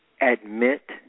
admit